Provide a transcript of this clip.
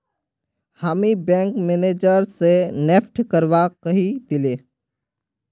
हामी bank manager स NEFT करवा कहइ दिले